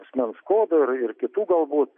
asmens kodo ir ir kitų galbūt